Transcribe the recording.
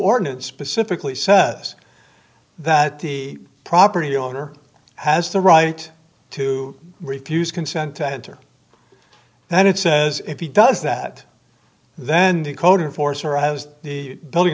ordinance specifically says that the property owner has the right to refuse consent to enter and it says if he does that then the code or force or i was the building